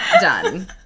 Done